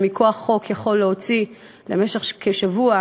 שמכוח החוק יכול להוציא למשך כשבוע,